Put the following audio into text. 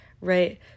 right